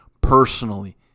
personally